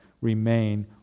remain